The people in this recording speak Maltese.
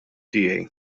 tiegħi